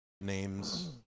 names